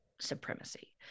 supremacy